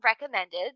recommended